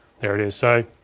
there it is. so,